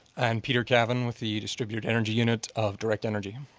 and peter jav vin with the distribute energy unit of direct energy.